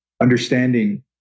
understanding